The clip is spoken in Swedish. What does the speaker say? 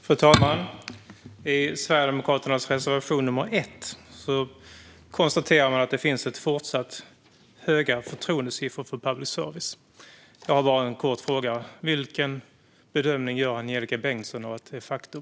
Fru talman! I Sverigedemokraternas reservation nr 1 konstateras att det fortsatt finns höga förtroendesiffror för public service. Jag har bara en kort fråga om det: Vilken bedömning gör Angelika Bengtsson av detta faktum?